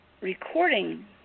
recording